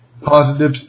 positive